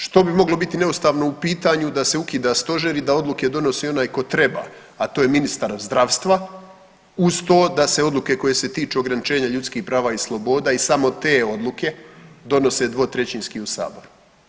Što bi moglo biti neustavno u pitanju da se ukida stožer i da odluke donose onaj ko treba, a to je ministar zdravstva uz to da se odluke koje se tiču ograničenja ljudskih prava i sloboda i samo te odluke donose dvotrećinski u sabor?